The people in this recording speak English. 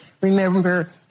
Remember